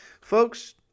Folks